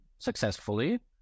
successfully